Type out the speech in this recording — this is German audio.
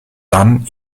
dann